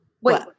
Wait